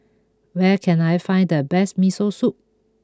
where can I find the best Miso Soup